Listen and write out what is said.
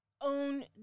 own